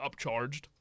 upcharged